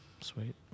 Sweet